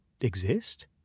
exist